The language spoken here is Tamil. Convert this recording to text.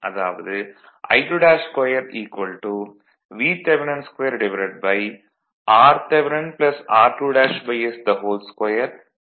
அதாவது I22 Vth2 rth r2s2 xthx22